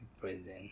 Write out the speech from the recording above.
prison